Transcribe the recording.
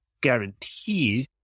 guarantee